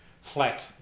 Flat